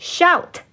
Shout